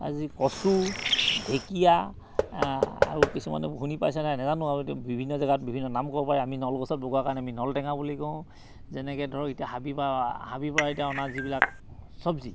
আজি কচু ঢেঁকীয়া আৰু কিছুমানে শুনি পাইছানে নাজানো আৰু এতিয়া বিভিন্ন জেগাত বিভিন্ন নাম ক'ব পাৰে আমি নলগছত বগোৱা কাৰণে আমি নল টেঙা বুলি কওঁ যেনেকৈ ধৰক এতিয়া হাবি পৰা হাবি পৰা এতিয়া অনা যিবিলাক চব্জি